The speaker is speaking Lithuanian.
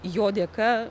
jo dėka